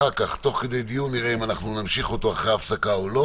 תוך כדי דיון נראה אם נמשיך אותו אחרי הפסקה או לא